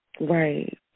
Right